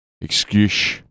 Excuse